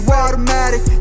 automatic